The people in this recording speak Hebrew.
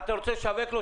אתה רוצה לשווק לו,